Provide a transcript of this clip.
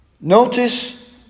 notice